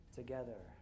together